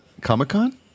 Comic-Con